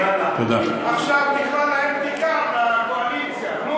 תל-אביב, עכשיו תקרא עליהם תיגר, על הקואליציה.